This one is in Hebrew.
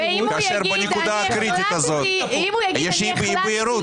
כאשר בנקודה הקריטית הזאת יש אי-בהירות.